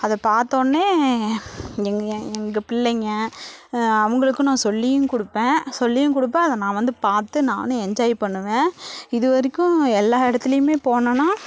அதை பார்த்தோன்னே எங்கள் எங்கள் பிள்ளைங்க அவங்களுக்கு நான் சொல்லியும் கொடுப்பன் சொல்லியும் கொடுப்பன் அதை நான் வந்து பார்த்து நானும் என்ஜாய் பண்ணுவேன் இது வரைக்கும் எல்லா இடத்துலையுமே போனன்னா